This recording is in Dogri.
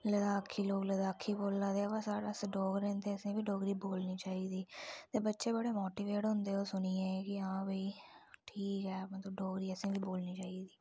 लद्दाखी लोक लद्दाखी बोलै दे अवा साढे़ न डोगरे न अवो असेंगी बी डोगरी बोलनी चाहि्दी ते बच्चे बड़े मोटिवेट होंदे सुनियै जे हां भाई ठीक ऐ डोगरी असेंगी बोलनी चाहिदी